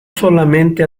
solamente